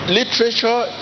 literature